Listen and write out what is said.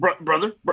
brother